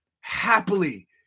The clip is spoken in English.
happily